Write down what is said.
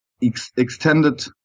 extended